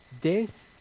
death